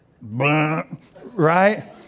Right